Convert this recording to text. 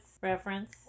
reference